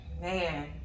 Man